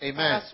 Amen